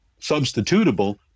substitutable